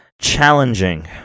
challenging